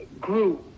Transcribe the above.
grew